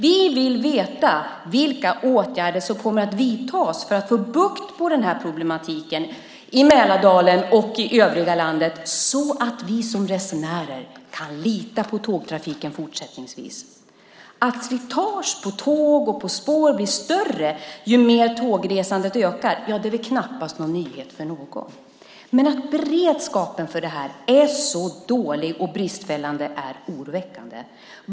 Vi vill veta vilka åtgärder som kommer att vidtas för att få bukt med problematiken i Mälardalen och i övriga landet, så att vi som resenärer kan lita på tågtrafiken fortsättningsvis. Att slitage på tåg och på spår blir större ju mer tågresandet ökar är väl knappast någon nyhet för någon, men att beredskapen för det är så dålig och bristfällig är oroväckande.